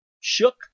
Shook